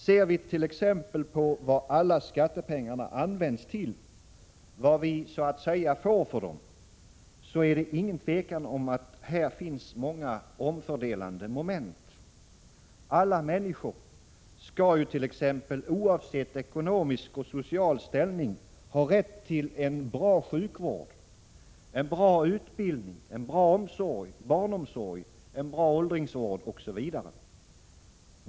Ser vi t.ex. på vad alla skattepengar används till, vad vi så att säga får för dem, är det inget tvivel om att här finns många omfördelande moment. Alla människor skall ju t.ex., oavsett ekonomisk och social ställning, ha rätt till en bra sjukvård, utbildning, barnomsorg, åldringsvård osv.